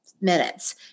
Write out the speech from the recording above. minutes